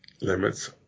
limits